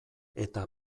eta